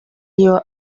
iyo